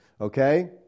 Okay